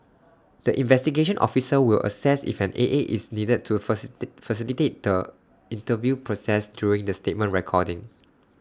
the investigation officer will assess if an A A is needed to A facilitate the interview process during the statement recording